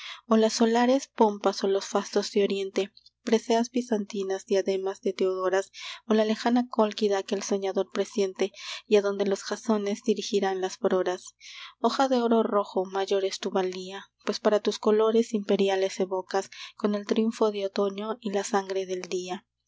las solares pompas o los fastos de oriente preseas bizantinas diademas de theodoras o la lejana cólquida que el soñador presiente y adonde los jasones dirigirán las proras hoja de oro rojo mayor es tu valía pues para tus colores imperiales evocas con el triunfo de otoño y la sangre del día